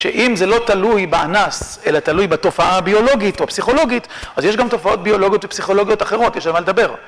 שאם זה לא תלוי באנס, אלא תלוי בתופעה הביולוגית או הפסיכולוגית, אז יש גם תופעות ביולוגיות ופסיכולוגיות אחרות, יש על מה לדבר.